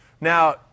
Now